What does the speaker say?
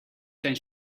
zijn